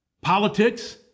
politics